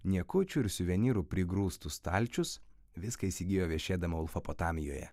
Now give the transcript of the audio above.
niekučių ir suvenyrų prigrūstus stalčius viską įsigijo viešėdama ulfapotamijoje